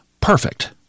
Perfect